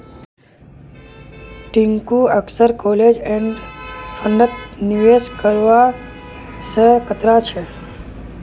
टिंकू अक्सर close end फंडत निवेश करवा स कतरा छेक